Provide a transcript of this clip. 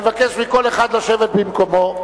אני מבקש מכל אחד לשבת במקומו.